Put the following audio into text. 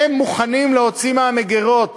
הם מוכנים להוציא מהמגרות